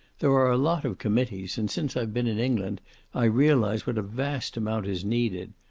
there are a lot of committees, and since i've been in england i realize what a vast amount is needed.